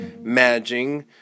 managing